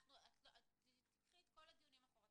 אני